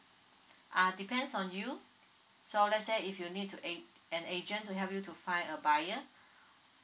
uh depends on you so let's say if you need to an an agent to help you to find a buyer